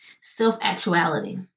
self-actuality